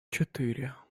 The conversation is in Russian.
четыре